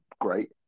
great